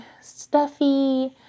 stuffy